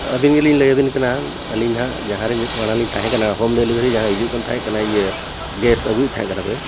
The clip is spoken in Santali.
ᱟᱹᱵᱤᱱ ᱜᱮᱞᱤᱧ ᱞᱟᱹᱭᱟᱵᱮᱱ ᱠᱟᱱᱟ ᱟᱹᱞᱤᱧ ᱦᱟᱜ ᱡᱟᱦᱟᱸ ᱨᱤᱱᱤᱡ ᱢᱟᱲᱟᱝᱞᱤᱧ ᱛᱟᱦᱮᱸ ᱠᱟᱱᱟ ᱦᱳᱢ ᱰᱮᱞᱤᱵᱷᱟᱨᱤ ᱡᱟᱦᱟᱸ ᱦᱤᱡᱩᱜ ᱠᱟᱱ ᱛᱟᱦᱮᱸ ᱠᱟᱱᱟ ᱤᱭᱟᱹ ᱜᱮᱥ ᱟᱹᱜᱩᱭᱮᱫ ᱛᱟᱦᱮᱸ ᱠᱟᱱᱟ ᱯᱮ